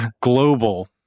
global